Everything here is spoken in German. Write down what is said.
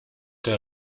der